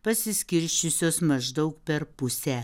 pasiskirsčiusios maždaug per pusę